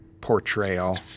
portrayal